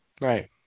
Right